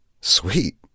Sweet